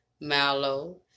Mallow